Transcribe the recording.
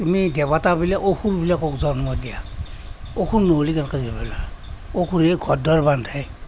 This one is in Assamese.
তুমি দেৱতাবিলাকক অসুৰবিলাকক জন্ম দিয়া অসুৰ নহ'লে অসুৰে ঘৰ দুৱাৰ বান্ধে